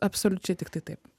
absoliučiai tiktai taip